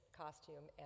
costume